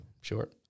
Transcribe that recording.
Sure